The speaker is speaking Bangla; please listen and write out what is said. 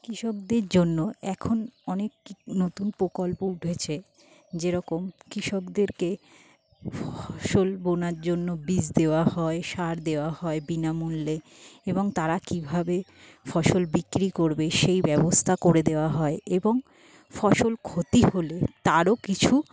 কৃষকদের জন্য এখন অনেক নতুন প্রকল্প উঠেছে যে রকম কৃষকদেরকে ফসল বোনার জন্য বীজ দেওয়া হয় সার দেওয়া হয় বিনামূল্যে এবং তারা কীভাবে ফসল বিক্রি করবে সেই ব্যবস্থা করে দেওয়া হয় এবং ফসল ক্ষতি হলে তারও কিছু